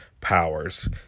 powers